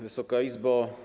Wysoka Izbo!